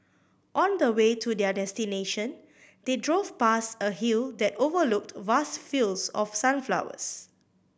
on the way to their destination they drove past a hill that overlooked vast fields of sunflowers